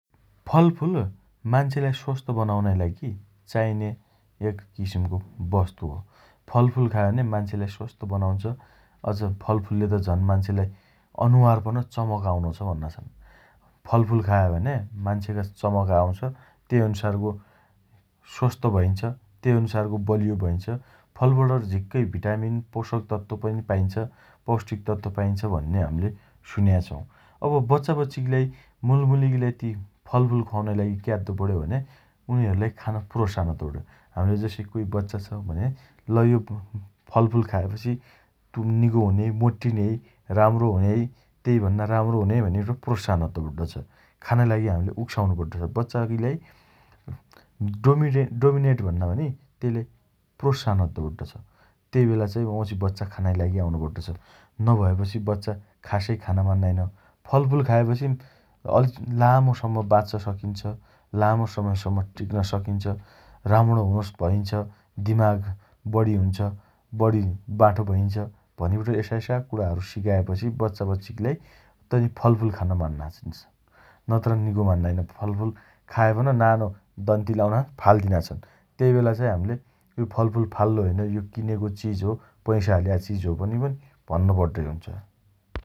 फलफूल मान्छेलाई स्वस्थ बनाउनाइ लागि चाइने एक किसिमको बस्तु हो । फलफूल खायो भने मान्छेलाई स्वस्थ बनाउन्छ । अझ फलफूलले त झन् मान्छेलाई अनुहार पन चमक आउनो छ भन्ना छन् । फलफूल खायो भने मान्छेका चमक आउँछ । तेइ अनुसारको स्वस्थ भइन्छ । तेइ अनुसारको बलियो भइन्छ । फलफूलबाट झिक्कै भिटामीन पोषक तत्व पनि पाइन्छ । पौस्टिक तत्व पनि पाइन्छ भन्ने हम्ले सुन्या छौँ । अब बच्चाबच्चीकीलाई मुलमुलीगीलाई ती फलफूल ख्वाउनाइ लागि क्याद्दो पण्यो भने उनीहरुलाई खान प्रोत्साहन अद्दो पण्यो । हम्ले जसइ कोइ बच्चा छ भने ल यो फलफूल खाएपछि तु निको हुनेइ, मोट्टिने होइ, राम्रो हुने होइ, तेइ भन्ना राम्रो हुने होइ भनिबट प्रोत्साहन अद्दो पड्डो छ । खानाइ लागि हम्ले उक्साउनो पड्डो छ । बच्चागीलाई डोमिडेन्ट डोमिनेट भन्दा पनि तेइलाई प्रोत्साहन अद्द पड्डो छ । तेइ बेला चाइ वाउँछि बच्चा खानाइ लागि आउन पड्डो छ । नभएपछि बच्चा खासइ खान मान्नाइन । फलफूल खाएपछि अल् लामोसम्म बाँच्च सकिन्छ, लामो समयसम्म टिक्न सकिन्छ । राम्णो हुन् भइन्छ । दिमाग बढी हुन्छ । बढी बाठो भइन्छ । भनिबट यसायसा कुणाहरु सिकाएपछि बच्चाबच्चिगीलाई तनी फलफूल खान मान्ना छन् । नत्र निको मान्नाइन । फलफूल खाएपन नानो दन्ति लाउना छन् फाल्दिना छन् । तेइबेला चाइ हाम्ले यो फलफूल फाल्लो होइन । यो किनेको चिज हो । पैसा हाल्या चिज हो भनिपन भन्नो पड्डे हुन्छ ।